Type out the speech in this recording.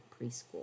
Preschool